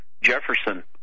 Jefferson